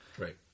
Right